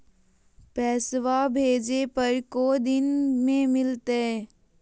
पैसवा भेजे पर को दिन मे मिलतय?